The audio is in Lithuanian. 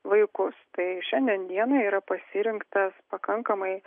vaikus tai šiandien dienai yra pasirinktas pakankamai